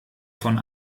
von